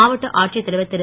மாவட்ட ஆட்சித் தலைவர் திரு